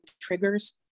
triggers